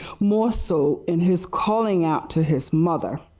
more so, in his calling out to his mother,